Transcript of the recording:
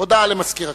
הודעה למזכיר הכנסת.